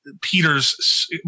Peter's